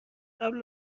قبل